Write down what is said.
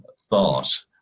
thought